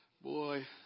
Boy